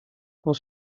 quand